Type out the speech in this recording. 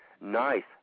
nice